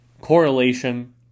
correlation